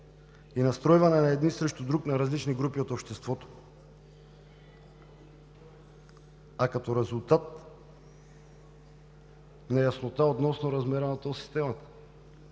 и настройване един срещу друг на различни групи от обществото, а като резултат неяснота относно размера на тол системата.